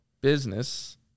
business